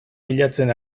bilatzen